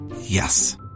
Yes